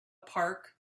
park